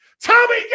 Tommy